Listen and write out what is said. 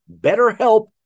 BetterHelp